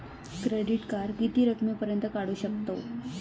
Credit card किती रकमेपर्यंत काढू शकतव?